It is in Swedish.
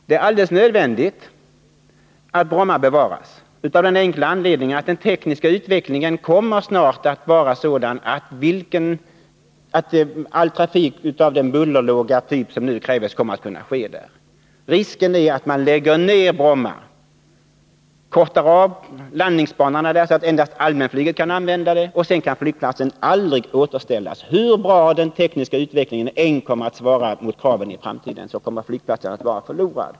Det är alldeles nödvändigt att Bromma bevaras, av den enkla anledningen att den tekniska utvecklingen snart kommer att innebära att all trafik kommer att vara av den bullerlåga typ som nu krävs. Risken är att man lägger ned Bromma, kortar av landningsbanorna, så att endast allmänflyget kan använda Bromma, och sedan kan flygplatsen aldrig återställas. Hur bra den tekniska utvecklingen än kommer att svara mot kraven i framtiden, kommer flygplatsen att vara förlorad.